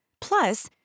Plus